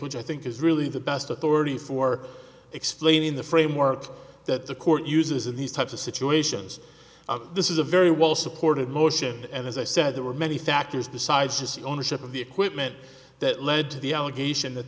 which i think is really the best authority for explaining the framework that the court uses in these types of situations this is a very well supported motion and as i said there were many factors besides just the ownership of the equipment that led to the allegation that